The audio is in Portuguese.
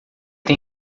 tem